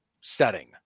setting